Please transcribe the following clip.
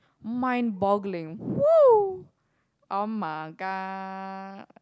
mind boggling !whoo! [oh]-my-god